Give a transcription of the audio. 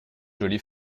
jolie